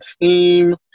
team